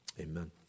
amen